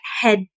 head